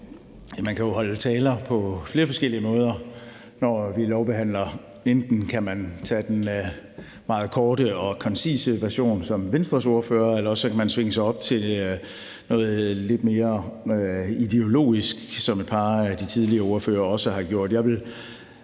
Man kan holde taler på flere forskellige måder, når vi har lovbehandlinger. Enten kan man tage den meget korte og koncise version, som Venstres ordfører gjorde, eller også kan man svinge sig op til noget lidt mere ideologisk, som et par af de tidligere ordførere har gjort.